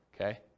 okay